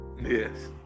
Yes